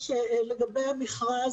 לגבי המכרז,